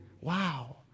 Wow